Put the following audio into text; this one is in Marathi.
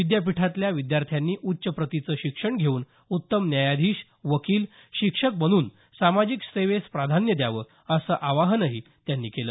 विद्यापीठातल्या विद्यार्थ्यांनी उच्च प्रतीचं शिक्षण घेऊन उत्तम न्यायाधीश वकील शिक्षक बनून सामाजिक सेवेस प्राधान्य द्यावं असं आवाहनही त्यांनी केलं